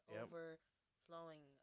overflowing